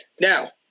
Now